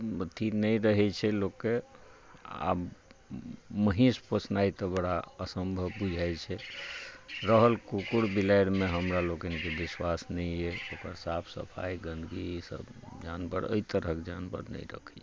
अथी नहि रहै छै लोक के आब महीष पोसनाइ तऽ बड़ा असंभव बुझाइ छै रहल कुक्कुर बिलाइ मे हमरा लोकनि के विश्वास नहि यऽ साफ सफाइ गंदगी इसब जानवर अय तरहक जानवर नहि रखै छी